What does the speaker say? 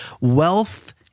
wealth